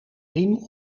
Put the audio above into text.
riem